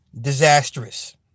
disastrous